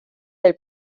del